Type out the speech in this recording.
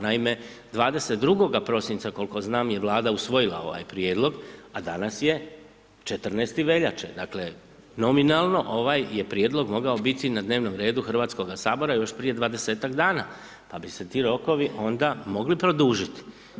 Naime, 22. prosinca, koliko znam, je Vlada usvojila ovaj prijedlog, a danas je 14. veljače, dakle, nominalno, ovaj je prijedlog mogao biti na dnevnom redu HS još prije 20-tak dana, pa bi se ti rokovi onda mogli produžiti.